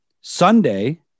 Sunday